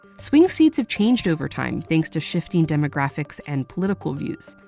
swing states have changed over time, thanks to shifting demographics and political views.